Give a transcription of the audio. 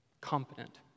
competent